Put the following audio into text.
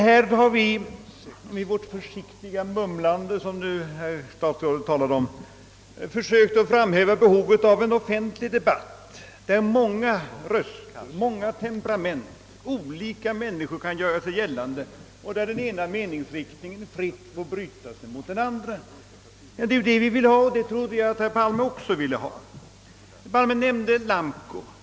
Vi har med vårt försiktiga mumlande — som statsrådet här talade om — försökt framhäva behovet av en offentlig debatt, i vilken många röster, många temperament och många olika människor kan göra sig gällande, och där den ena meningsriktningen fritt får bryta sig mot den andra. Det är det vi vill ha, och det trodde vi att herr Palme också ville ha. Herr Palme nämnde Lamco.